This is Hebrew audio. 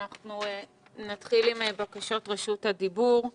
אנחנו נתחיל עם בקשות רשות הדיבור.